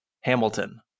Hamilton